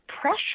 pressure